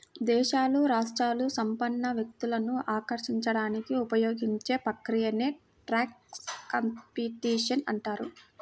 దేశాలు, రాష్ట్రాలు సంపన్న వ్యక్తులను ఆకర్షించడానికి ఉపయోగించే ప్రక్రియనే ట్యాక్స్ కాంపిటీషన్ అంటారు